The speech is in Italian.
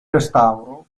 restauro